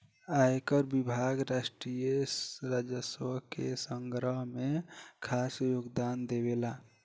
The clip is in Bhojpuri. आयकर विभाग राष्ट्रीय राजस्व के संग्रह में खास योगदान देवेला